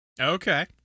Okay